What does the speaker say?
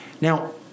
Now